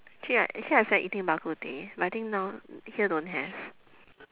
actually like actually like I feel like eating bak kut teh but I think now here don't have